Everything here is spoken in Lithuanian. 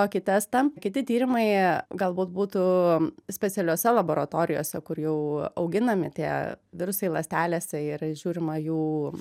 tokį testą kiti tyrimai galbūt būtų specialiose laboratorijose kur jau auginami tie virusai ląstelėse ir žiūrima į jų